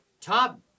Top